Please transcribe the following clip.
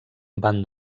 van